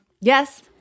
Yes